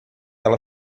ela